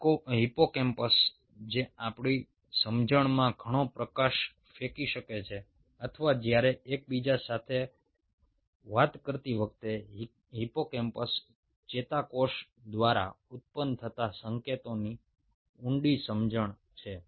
hippocampus જે આપણી સમજણમાં ઘણો પ્રકાશ ફેંકી શકે છે અથવા જ્યારે એકબીજા સાથે વાત કરતી વખતે હિપ્પોકેમ્પલ ચેતાકોષ દ્વારા ઉત્પન્ન થતા સંકેતોની ઊંડી સમજણ છે